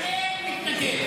שואל למה חנמאל מתנגד.